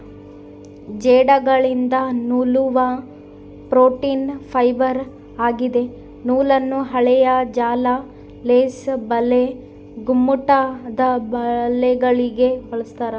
ಜೇಡಗಳಿಂದ ನೂಲುವ protein fibre ಆಗಿದೆ ನೂಲನ್ನು ಹಾಳೆಯ ಜಾಲ ಲೇಸ್ ಬಲೆ ಗುಮ್ಮಟದಬಲೆಗಳಿಗೆ ಬಳಸ್ತಾರ